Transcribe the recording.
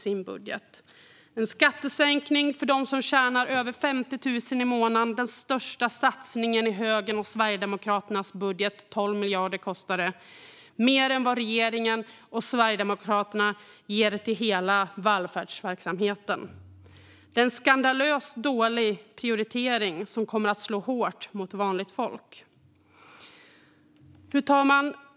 Det blir en skattesänkning för dem som tjänar över 50 000 i månaden, den största satsningen i högen och Sverigedemokraternas budget. 12 miljarder kostar det - mer än vad regeringen och Sverigedemokraterna ger till hela välfärdsverksamheten. Det är en skandalöst dålig prioritering som kommer att slå hårt mot vanligt folk. Fru talman!